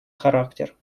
характер